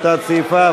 על תת-סעיפיו,